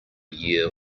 year